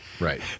Right